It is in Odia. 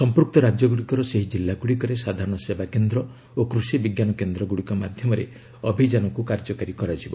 ସମ୍ପୁକ୍ତ ରାଜ୍ୟଗୁଡ଼ିକର ସେହି ଜିଲ୍ଲାଗୁଡ଼ିକରେ ସାଧାରଣ ସେବାକେନ୍ଦ୍ର ଓ କୃଷି ବିଜ୍ଞାନ କେନ୍ଦ୍ରଗୁଡ଼ିକ ମାଧ୍ୟମରେ ଅଭିଯାନକୁ କାର୍ଯ୍ୟକାରୀ କରାଯିବ